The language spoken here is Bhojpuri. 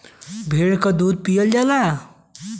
भेड़ क दूध भी पियल जाला